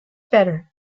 better